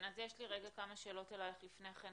אז יש לי כמה שאלות אליך לפני כן,